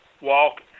walk